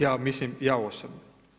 Ja mislim, ja osobno.